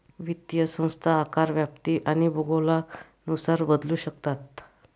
वित्तीय संस्था आकार, व्याप्ती आणि भूगोलानुसार बदलू शकतात